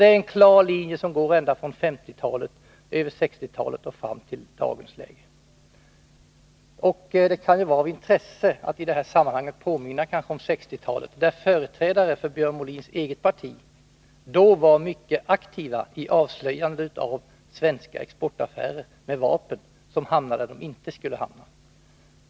Det är en klar linje, som går ända från 1950-talet, över 1960-talet fram till dagens läge. Det kan vara av intresse att i detta sammanhang påminna om just 1960-talet. Då var företrädare för Björn Molins eget parti mycket aktiva i avslöjandet av svenska exportaffärer med vapen som hamnade där de inte skulle hamna.